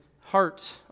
heart